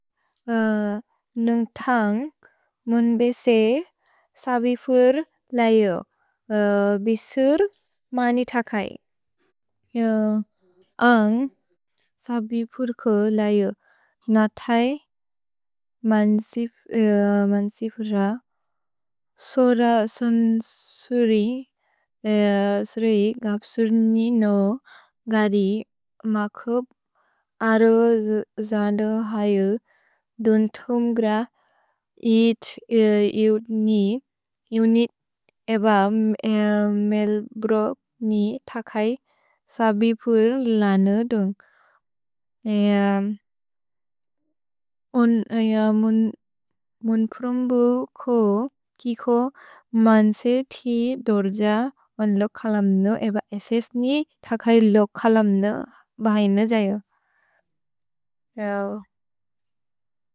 नुन्ग् थन्ग् मुन् बेसे सबिफुर् लयो बिसुर् मनितकय्। अन्ग् सबिफुर् को लयो नतय् मन्सिफुर। सोद सन् सुरि, सुरि गब्सुर् निनो गदि मकुप् अरो जन्दो हयु दुन् थुम्ग्र इत् युनि, युनित् एब मेल् ब्रोक् नि तकय् सबिफुर् लनो दुन्ग्। अय मुन् प्रम्बु कि को मन्से ति दोर्ज वन् लो कलम्नो एब एसेस् नि तकय् लो कलम्नो बहयिन जयो।